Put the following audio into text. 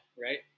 right